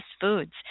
foods